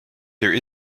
there